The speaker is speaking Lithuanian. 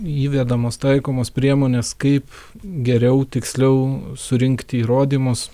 įvedamos taikomos priemonės kaip geriau tiksliau surinkti įrodymus